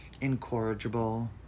incorrigible